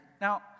Now